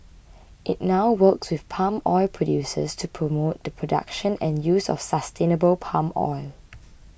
it now works with palm oil producers to promote the production and use of sustainable palm oil